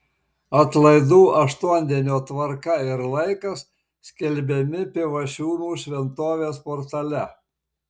atlaidų aštuondienio tvarka ir laikas skelbiami pivašiūnų šventovės portale